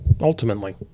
ultimately